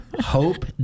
Hope